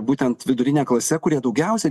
būtent vidurine klase kurie daugiausia